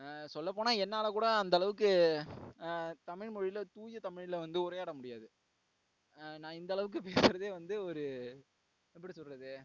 சொல்லப்போனால் என்னால் கூட அந்தளவுக்கு தமிழ்மொழியில் தூய தமிழில் வந்து உரையாட முடியாது நான் இந்தளவுக்கு பேசுவதே வந்து ஒரு எப்படி சொல்வது